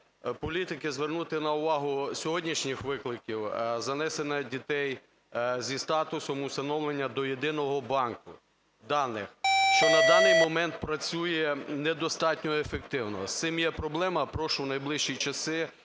політики звернути увагу на сьогоднішні виклики занесення дітей зі статусом усиновлених до єдиного банку даних, що на даний момент працює недостатньо ефективно. З цим є проблема, прошу в найближчі часи…